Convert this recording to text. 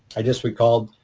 i just recalled,